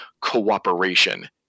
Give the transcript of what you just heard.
cooperation